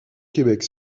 québec